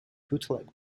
bootleg